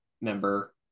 member